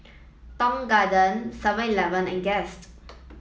Tong Garden Seven Eleven and Guest